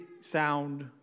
sound